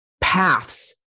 paths